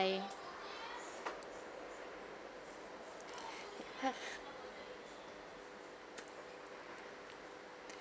(huh)